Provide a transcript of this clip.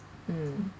mm